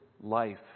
life